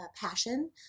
passion